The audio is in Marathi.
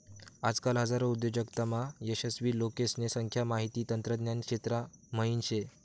आजकाल हजारो उद्योजकतामा यशस्वी लोकेसने संख्या माहिती तंत्रज्ञान क्षेत्रा म्हाईन शे